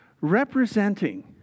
Representing